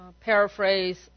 paraphrase